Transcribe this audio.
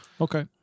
Okay